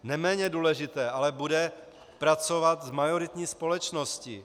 Neméně důležité ale bude pracovat s majoritní společností.